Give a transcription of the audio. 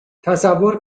تصور